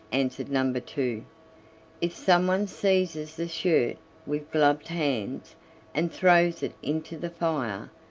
answered number two if someone seizes the shirt with gloved hands and throws it into the fire,